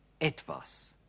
etwas